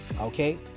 okay